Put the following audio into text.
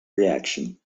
reaction